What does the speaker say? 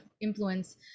influence